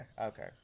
okay